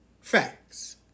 facts